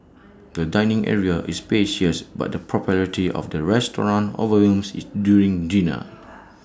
the dining area is spacious but the popularity of the restaurant overwhelms IT during dinner